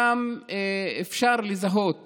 שם אפשר לזהות